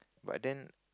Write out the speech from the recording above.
but then